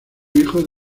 hijo